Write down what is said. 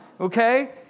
okay